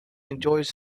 enjoys